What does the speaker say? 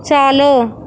چالو